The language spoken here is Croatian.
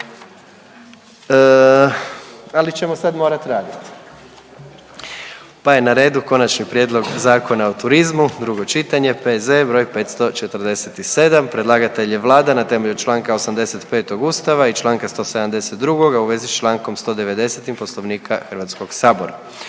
Ali ćemo sad morati raditi, pa je na redu - Konačni prijedlog Zakona o turizmu, drugo čitanje, P.Z. br. 547 Predlagatelj je Vlada na temelju članka 85. Ustava i članka 172. u vezi sa člankom 190. Poslovnika Hrvatskog sabora.